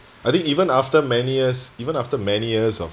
I think even after many years even after many years of